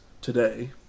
today